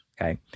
okay